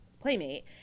playmate